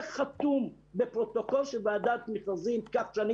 זה חתום בפרוטוקול של ועדת מכרזים כך שאני